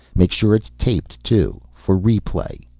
make sure it's taped too, for replay.